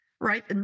right